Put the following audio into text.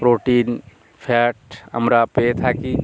protein fat আমরা পেয়ে থাকি